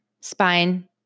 spine